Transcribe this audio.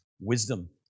Wisdom